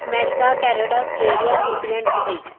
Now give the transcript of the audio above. America Canada Australia New Zealand Dubai